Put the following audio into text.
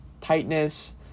tightness